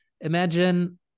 Imagine